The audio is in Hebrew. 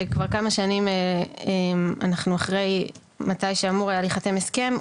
שכבר כמה שנים אנחנו אחרי מתי שאמור היה להיחתם הסכם,